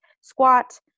squat